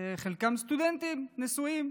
חלקם סטודנטים נשואים,